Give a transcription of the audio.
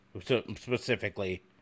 Specifically